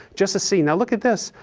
just to see. now look at this,